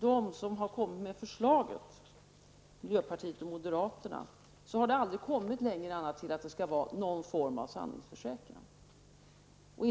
de som har kommit med förslaget, dvs. miljöpartiet och moderaterna, har aldrig gått längre än till att säga att det skall vara någon form av sanningsförsäkran.